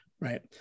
right